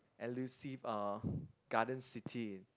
elusive uh garden city